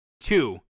Two